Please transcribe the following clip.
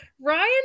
Ryan